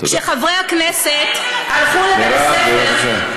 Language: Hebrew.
כשחברי הכנסת, מירב, היא הבינה את זה.